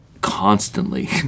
constantly